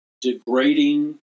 degrading